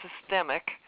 systemic